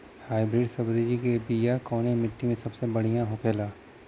Hybrid सब्जी के बिया कवने मिट्टी में सबसे बढ़ियां होखे ला?